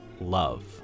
love